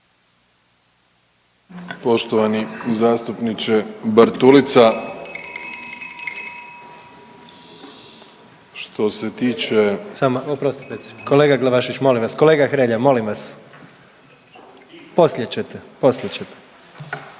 Poštovani zastupniče Bartulica. Što se tiče… .../Upadica: Samo, oprostite .../nerazumljivo/... Kolega Glavašević, molim vas, kolega Hrelja, molim vas. Poslije ćete. Poslije ćete.